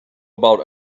about